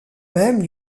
même